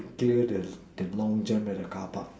clear the the long jam at the carpark